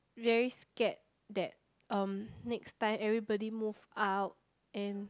very scared that um next time everybody move out and